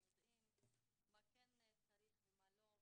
שיודעים מה כן צריך ומה לא,